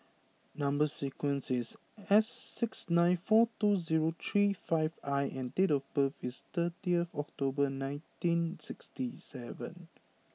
number sequence is S six nine four two zero three five I and date of birth is thirty October nineteen sixty seven